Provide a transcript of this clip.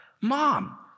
Mom